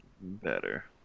better